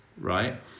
right